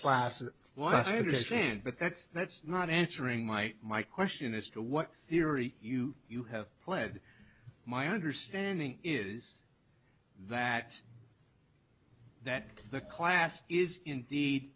classes while i understand but that's that's not answering my my question as to what theory you you have pled my understanding is that that the class is indeed